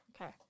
Okay